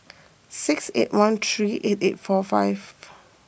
six eight one three eight eight four five